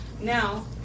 Now